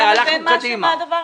אני בעד לחלק את הרשימה.